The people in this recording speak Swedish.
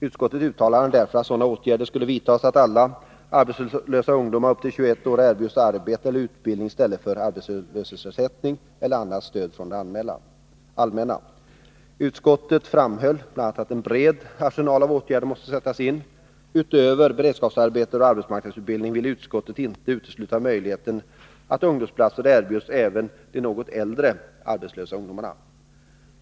Utskottet uttalade därför att sådana åtgärder måste vidtas att alla arbetslösa ungdomar upp till 21 år erbjuds arbete eller utbildning i stället för arbetslöshetsersättning eller annat stöd från det allmänna. Utskottet framhöll bl.a. att en bred arsenal av åtgärder måste sättas in. Utöver beredskapsarbeten och arbetsmarknadsutbildning ville utskottet inte utesluta möjligheten av att ungdomsplatser erbjuds även de något äldre arbetslösa ungdomarna.